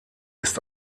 ist